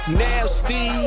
nasty